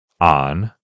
on